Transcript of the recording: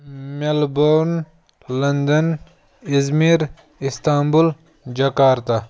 Melbourne London Izmir Istanbul Jakarta